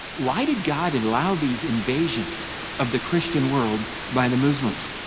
why did god and allow these invasions of the christian world by the muslims?